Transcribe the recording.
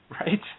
Right